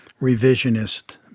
revisionist